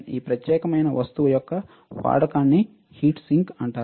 ఈ ప్రత్యేకమైన వస్తువు యొక్క వాడకాన్ని హీట్ సింక్ అంటారు